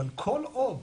אבל כל עוד,